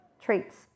traits